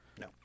No